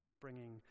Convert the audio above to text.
bringing